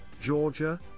Georgia